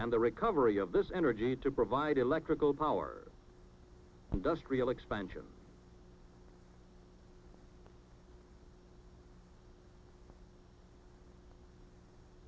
and the recovery of this energy to provide electrical power industrial expansion